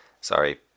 Sorry